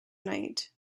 night